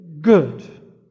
good